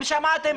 אם שמעתם,